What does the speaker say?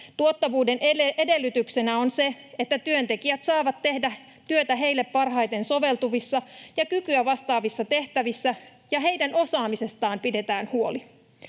Tuottavuuden edellytyksenä on se, että työntekijät saavat tehdä työtä heille parhaiten soveltuvissa ja kykyään vastaavissa tehtävissä ja heidän osaamisestaan pidetään huoli.